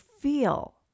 feel